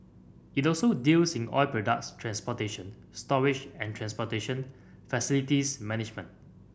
it also deals in oil products transportation storage and transportation facilities management